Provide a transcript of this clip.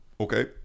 okay